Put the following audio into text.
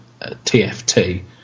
TFT